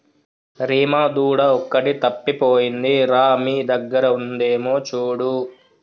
రీమా దూడ ఒకటి తప్పిపోయింది రా మీ దగ్గర ఉందేమో చూడు